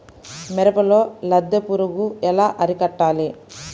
మిరపలో లద్దె పురుగు ఎలా అరికట్టాలి?